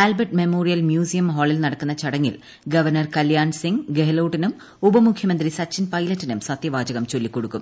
Albert memorial museum ഹാളിൽ നടക്കുന്ന ചടങ്ങിൽ ഗവർണർ കല്യാൺസിങ് ഗഹ്ലോട്ടിനും ഉപമുഖ്യമന്ത്രി സച്ചിൻ പൈലറ്റിനും സത്യവാചകം ചൊല്ലിക്കൊടുക്കും